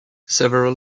several